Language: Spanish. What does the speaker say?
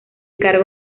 cargo